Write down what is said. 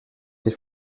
ses